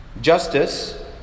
justice